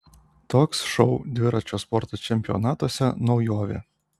toks šou dviračio sporto čempionatuose naujovė